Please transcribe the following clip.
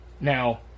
Now